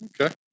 Okay